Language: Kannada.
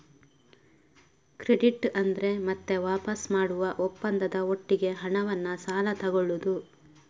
ಕ್ರೆಡಿಟ್ ಅಂದ್ರೆ ಮತ್ತೆ ವಾಪಸು ಮಾಡುವ ಒಪ್ಪಂದದ ಒಟ್ಟಿಗೆ ಹಣವನ್ನ ಸಾಲ ತಗೊಳ್ಳುದು